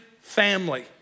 family